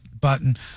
button